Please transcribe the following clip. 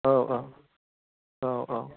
औ औ औ औ